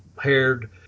haired